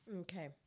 Okay